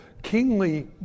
kingly